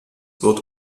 wird